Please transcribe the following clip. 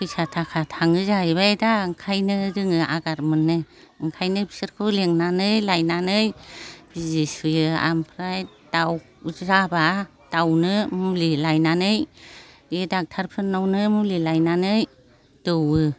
फैसा थाखा थाङो जाहैबाय दा ओंखायनो जोङो आघात मोनो ओंखायनो बिसोरखौ लेंनानै लायनानै बिजि सुयो ओमफ्राय दाउ जाबा दाउनो मुलि लायनानै बे दक्टरफोरनावनो मुलि लायनानै दौओ